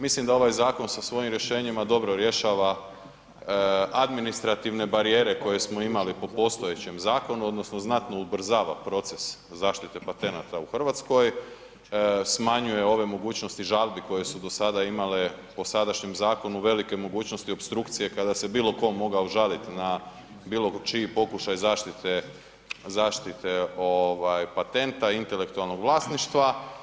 Mislim da ovaj zakon sa svojim rješenjima dobro rješava administrativne barijere koje smo imali po postojećem zakonu odnosno znatno ubrzava proces zaštite patenata u Hrvatskoj, smanjuje ove mogućnosti žalbi koje su do sada imale po sadašnjem zakonu velike mogućnosti opstrukcije kada se bilo ko mogao žaliti na bilo čiji pokušaj zaštite patenta intelektualnog vlasništva.